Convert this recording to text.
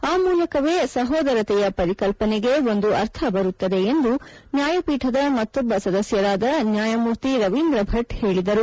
ಆ ಮೂಲಕವೇ ಸಹೋದರತೆಯ ಪರಿಕಲ್ಪನೆಗೆ ಒಂದು ಅರ್ಥ ಬರುತ್ತದೆ ಎಂದು ನ್ನಾಯಪೀಠದ ಮತ್ತೊಬ್ಲ ಸದಸ್ನರಾದ ನ್ಯಾಯಮೂರ್ತಿ ರವೀಂದ್ರ ಭೆಟ್ ಹೇಳಿದರು